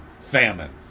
famine